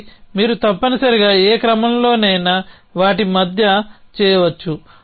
ఆపై మీరు తప్పనిసరిగా ఏ క్రమంలోనైనా వాటి మధ్య చేయవచ్చు